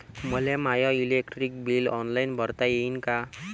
मले माय electric bill online भरता येईन का?